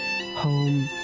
home